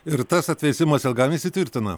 ir tas atvėsimas ilgam įsitvirtina